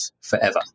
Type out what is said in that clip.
forever